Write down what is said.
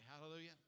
Hallelujah